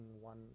one